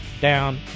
down